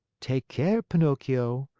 take care, pinocchio!